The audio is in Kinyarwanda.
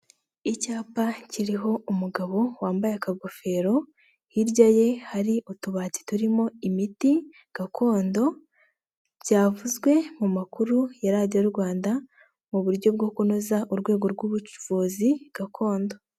Icyapa kiriho umugabo wambaye akagofero, hirya ye hari utubati turimo imiti gakondo. Byavuzwe mu makuru ya radiyo Rwanda mu buryo bwo kunoza urwego rw'ubuvuzi gakondo.